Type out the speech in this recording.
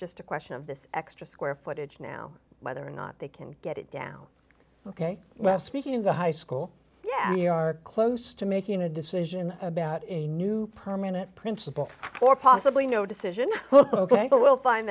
just a question of this extra square footage now whether or not they can get it down ok well speaking of the high school yeah we are close to making a decision about a new permanent principal or possibly no decision well ok well we'll find